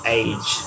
age